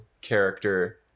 character